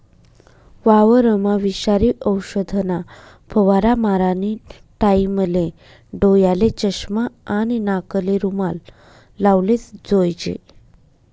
वावरमा विषारी औषधना फवारा मारानी टाईमले डोयाले चष्मा आणि नाकले रुमाल लावलेच जोईजे